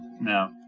No